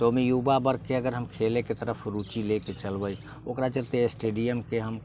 तऽ ओइमे युवा वर्गके अगर हम खेलैके तरफ रुचि लेके चलबै ओकरा चलते स्टेडियमके हम